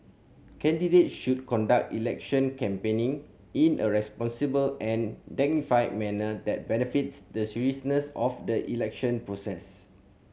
candidates should conduct election campaigning in a responsible and dignified manner that befits the seriousness of the election process